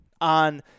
on